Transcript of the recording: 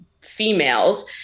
females